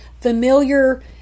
familiar